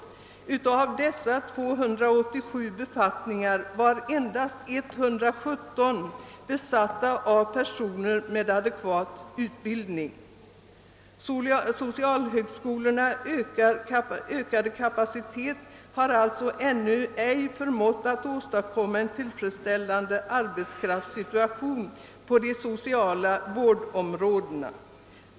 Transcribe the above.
Av dessa 287 befattningar var endast 117 besatta av personer med adekvat utbildning. Socialhögskolornas ökade kapacitet har alltså ännu ej förmått att åstadkomma en tillfredsställande arbetskraftssituation på de sociala vårdområdena.